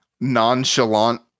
nonchalant